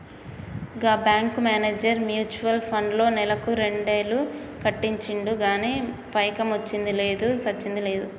గా bank manager mutual ఫండ్లో నెలకు రెండేలు కట్టించిండు గానీ పైకమొచ్చ్చింది లేదు, సచ్చింది లేదు